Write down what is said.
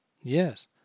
Yes